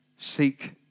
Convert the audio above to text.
Seek